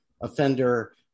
offender